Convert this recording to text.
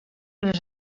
les